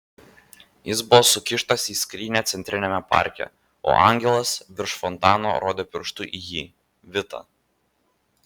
jis buvo sukištas į skrynią centriniame parke o angelas virš fontano rodė pirštu į jį vitą